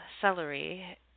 celery